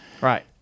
right